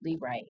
right